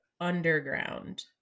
underground